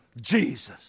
Jesus